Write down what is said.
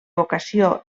vocació